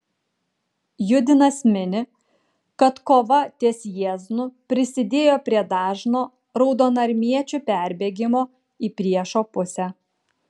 judinas mini kad kova ties jieznu prisidėjo prie dažno raudonarmiečių perbėgimo į priešo pusę